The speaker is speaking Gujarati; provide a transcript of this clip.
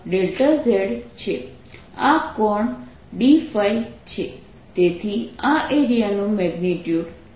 આ કોણ d છે તેથી આ એરિયાનું મેગ્નિટ્યુડ છે